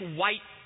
white